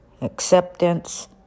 acceptance